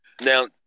now